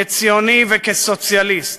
כציוני וכסוציאליסט,